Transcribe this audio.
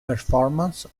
performance